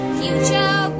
future